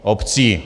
Obcí.